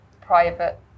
private